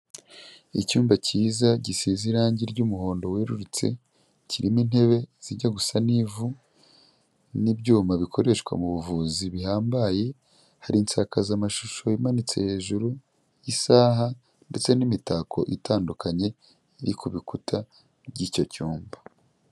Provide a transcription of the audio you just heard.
Icyumba cyiza gisize irangi ry'umuhondo werurutse, kirimo intebe zijya gusa n'ivu, n'ibyuma bikoreshwa mu buvuzi bihambaye, hari insakazamashusho imanitse hejuru, isaha, ndetse n'imitako itandukanye iri ku bikuta by'icyo cyumba.